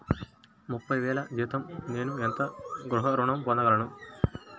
ముప్పై వేల జీతంపై నేను ఎంత గృహ ఋణం పొందగలను?